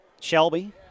Shelby